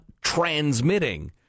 transmitting